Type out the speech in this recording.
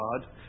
God